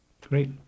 great